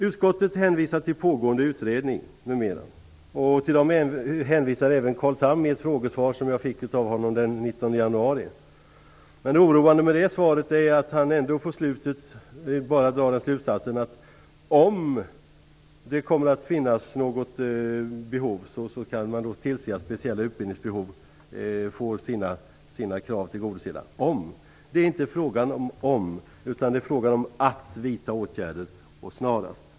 Utskottet hänvisar till pågående utredning m.m. Till den hänvisar även Carl Tham i ett frågesvar som jag fick av honom den 19 januari. Men det oroande med det svaret är att han i slutet av det bara drar den slutsatsen att om det kommer att finnas något behov kan man tillse att speciella utbildningsbehov får sina krav tillgodosedda - om. Det är inte fråga om om, utan det är fråga om att vidta åtgärder och det snarast.